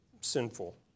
sinful